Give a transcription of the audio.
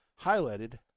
highlighted